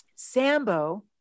Sambo